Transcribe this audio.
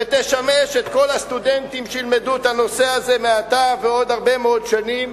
שתשמש את כל הסטודנטים שילמדו את הנושא הזה מעתה ועוד הרבה מאוד שנים,